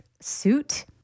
suit